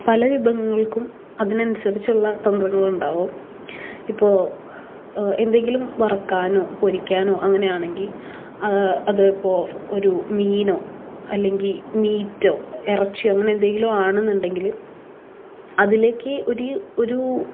പല വിഭവങ്ങൾക്കും അതിന് അനുസരിച്ചുള്ള തന്ത്രങ്ങൾ ഉണ്ടാവും ഇപ്പോൾ എന്തെങ്കിലും വറക്കാനോ പൊരിക്കാനോ അങ്ങനെ ആണെങ്കിൽ അതിപ്പോൾ ഒരു മീനോ അല്ലെങ്കിൽ മീറ്റോ ഇറച്ചിയോ അങ്ങനെ എന്തെങ്കിലും ആണെന്നുണ്ടെങ്കിൽ അതിലേക്ക് ഒരു ഒരു